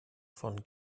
von